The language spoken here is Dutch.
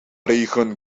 regen